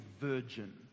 virgin